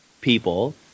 people